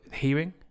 hearing